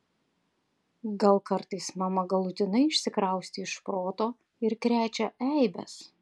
gal kartais mama galutinai išsikraustė iš proto ir krečia eibes